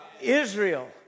Israel